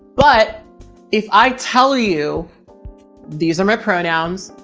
but if i tell you these are my pronouns,